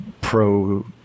Pro